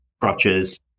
crutches